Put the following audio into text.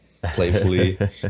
playfully